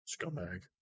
scumbag